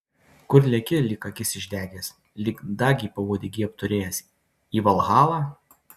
kur leki lyg akis išdegęs lyg dagį pauodegy apturėjęs į valhalą